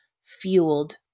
fueled